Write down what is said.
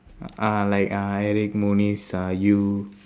uh like uh eric munice uh you